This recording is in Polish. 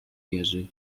jerzy